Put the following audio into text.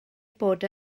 bod